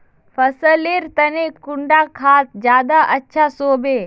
फसल लेर तने कुंडा खाद ज्यादा अच्छा सोबे?